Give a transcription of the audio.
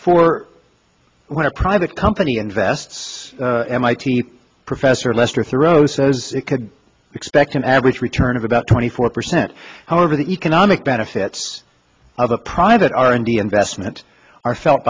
for when a private company invests mit professor lester thoreau says it could expect an average return of about twenty four percent however the economic benefits of a private r and d investment are felt